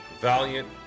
valiant